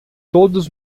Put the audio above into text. todos